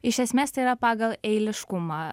iš esmės tai yra pagal eiliškumą